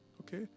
Okay